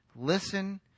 Listen